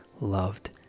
loved